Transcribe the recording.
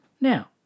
Now